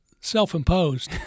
self-imposed